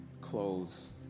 close